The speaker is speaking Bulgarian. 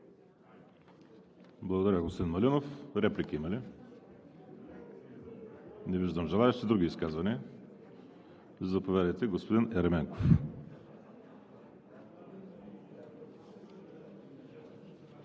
Благодаря, господин Малинов. Реплики има ли? Не виждам желаещи. Други изказвания? Заповядайте, господин Ерменков.